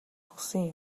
өгсөн